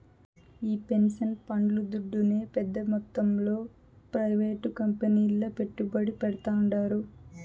ఈ పెన్సన్ పండ్లు దుడ్డునే పెద్ద మొత్తంలో ప్రైవేట్ కంపెనీల్ల పెట్టుబడి పెడ్తాండారు